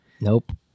Nope